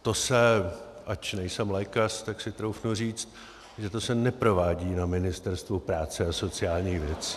To se, ač nejsem lékař, tak si troufnu říct, že to se neprovádí na Ministerstvu práce a sociálních věcí.